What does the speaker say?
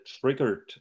triggered